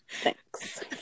thanks